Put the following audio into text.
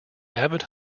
avid